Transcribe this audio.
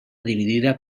dividida